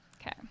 Okay